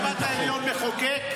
בית המשפט העליון מחוקק?